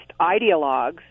ideologues